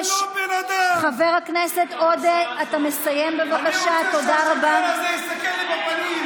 חבר הכנסת עודה, זמנך תם.